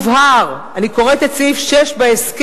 "יובהר", אני קוראת את סעיף 6 בהסכם,